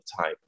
time